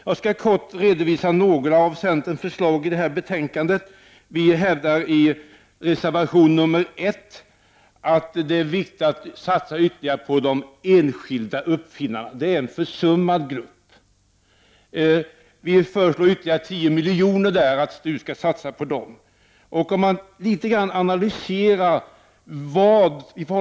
Jag skall kortfattat redovisa några av centerns förslag. Vi hävdar i reservation 1 att det är viktigt att satsa ytterligare på de enskilda uppfinnarna. Detta är en försummad grupp. Vi föreslår ytterligare 10 milj.kr. i anslag för att STU skall kunna satsa på de enskilda uppfinnarna.